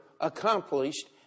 accomplished